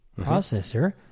processor